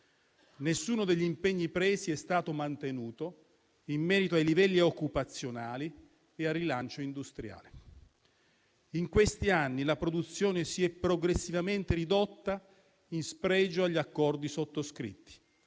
Nessuno degli impegni presi è stato mantenuto in merito ai livelli occupazionali e al rilancio industriale. In questi anni la produzione si è progressivamente ridotta, in spregio agli accordi sottoscritti.